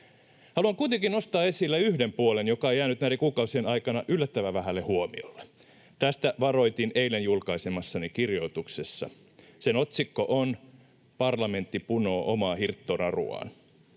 Haluan kuitenkin nostaa esille yhden puolen, joka on jäänyt näiden kuukausien aikana yllättävän vähälle huomiolle. Tästä varoitin eilen julkaisemassani kirjoituksessa. Sen otsikko on ”Parlamentti punoo omaa hirttonaruaan”.